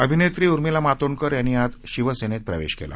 अभिनेत्री उर्मिला मातोंडकर यांनी आज शिवसेनेत प्रवेश केला